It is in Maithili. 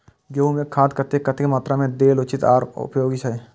गेंहू में खाद कतेक कतेक मात्रा में देल उचित आर उपयोगी छै?